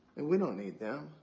and we don't need them.